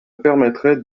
permettrez